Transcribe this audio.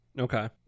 Okay